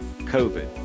COVID